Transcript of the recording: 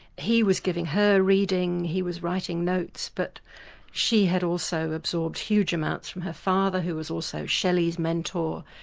he was giving her reading, he was writing notes, but she had also absorbed huge amounts from her father who was also shelley's mentor.